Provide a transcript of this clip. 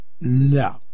No